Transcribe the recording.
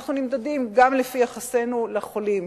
אנחנו נמדדים גם לפי יחסנו לחולים,